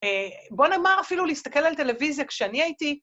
בוא נאמר אפילו להסתכל על טלוויזיה כשאני הייתי...